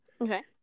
Okay